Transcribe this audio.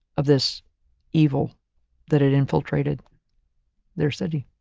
of this evil that had infiltrated their city.